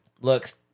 looks